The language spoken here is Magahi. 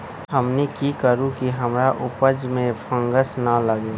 हमनी की करू की हमार उपज में फंगस ना लगे?